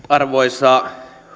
arvoisa